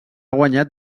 guanyat